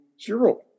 zero